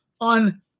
on